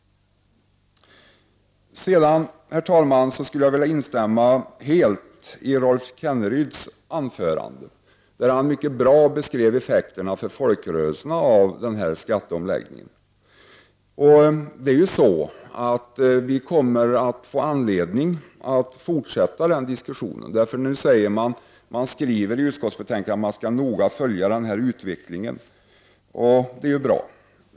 Jag skulle vilja instämma helt i Rolf Kenneryds anförande. Han beskrev mycket bra effekterna för folkrörelserna av den här skatteomläggningen. Vi kommer att få anledning att fortsätta den diskussionen. Nu skriver man i utskottsbetänkandet att man noga skall följa den här utvecklingen. Det är ju bra.